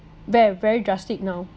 ve~ very drastic now